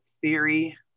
Theory